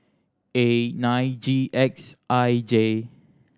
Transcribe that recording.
A nine G X I J